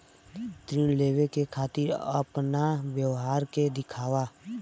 ऋण लेवे के खातिर अपना व्यापार के दिखावा?